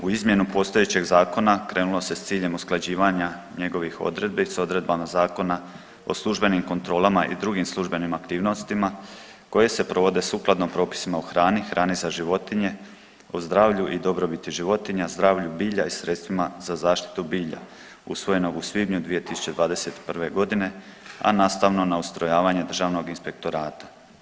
U izmjenu postojećeg zakona krenulo se s ciljem usklađivanja njegovih odredbi s odredbama Zakona o službenim kontrolama i drugim službenim aktivnostima koje se provode sukladno propisima o hrani, hrani za životinje o zdravlju i dobrobiti životinja, zdravlju bilja i sredstvima za zaštitu bilja usvojenog u svibnju 2021. godine, a nastavno na ustrojavanje Državnog inspektorata.